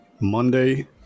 monday